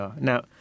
Now